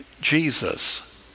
Jesus